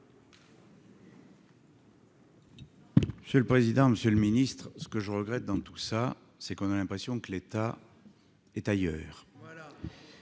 explication de vote. Monsieur le ministre, ce que je regrette dans tout cela, c'est qu'on a l'impression que l'État est ailleurs.